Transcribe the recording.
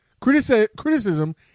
Criticism